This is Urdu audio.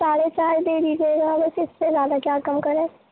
ساڑھے چار دے دیجیے گا اب اس سے زیادہ کیا کم کریں